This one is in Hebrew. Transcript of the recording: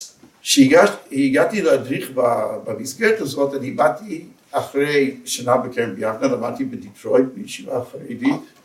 ‫שהגעתי להדריך במסגרת הזאת, ‫אני באתי אחרי שנה בקרן יבנה, ‫למדתי בדיטרויט, ‫בישיבה חגיגית